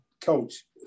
coach